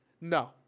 No